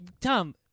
Tom